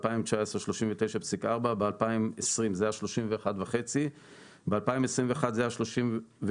ב-2019 39.4. ב-2020 זה היה 31.5. ב-2021 זה היה 37,